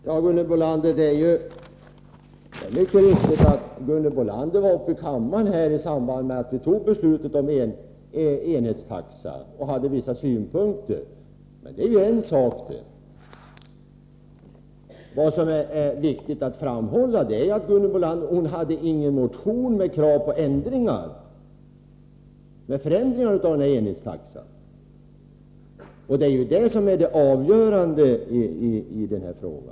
Fru talman! Det är helt riktigt att Gunhild Bolander i samband med att vi tog beslutet om enhetstaxa var uppe i talarstolen och framförde vissa synpunkter, men det är en sak. Vad som är viktigt att framhålla är att Gunhild Bolander inte hade väckt någon motion med krav på förändringar av enhetstaxan. Det är det avgörande i denna fråga.